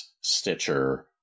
Stitcher